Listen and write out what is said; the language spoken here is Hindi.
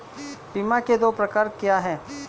बीमा के दो प्रकार क्या हैं?